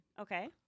Okay